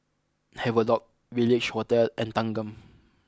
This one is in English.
Havelock Village Hotel and Thanggam